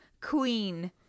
Queen